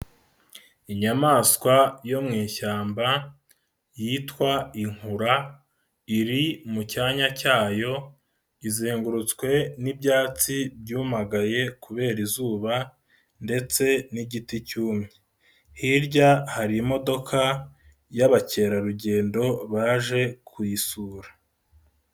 lnyamaswa yo mu ishyamba yitwa inkura, iri mu cyanya cyayo, izengurutswe n'ibyatsi byumagaye kubera izuba ,ndetse n'igiti cyumye .Hirya hari imodoka y'abakerarugendo baje kuyisura.